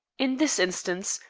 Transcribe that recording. in this instance,